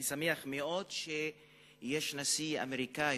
אני שמח מאוד שיש נשיא אמריקני,